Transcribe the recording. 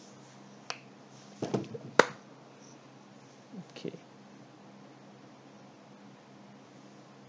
okay